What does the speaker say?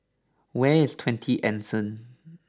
where is Twenty Anson